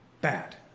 bad